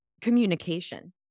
communication